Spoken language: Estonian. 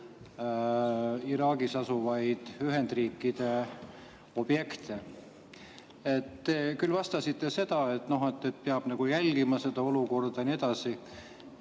Iraagis asuvaid Ühendriikide objekte. Te küll vastasite, et peab jälgima seda olukorda ja nii edasi.